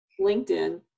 linkedin